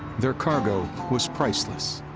their cargo was priceless,